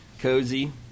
cozy